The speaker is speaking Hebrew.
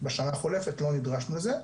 בשנה החולפת, לא נדרשנו לזה.